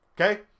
okay